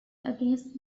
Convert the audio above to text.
against